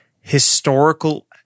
historical –